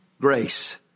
grace